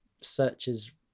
searches